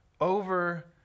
over